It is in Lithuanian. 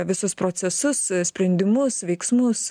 visus procesus sprendimus veiksmus